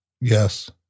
Yes